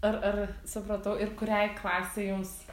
ar ar supratau ir kuriai klasei jums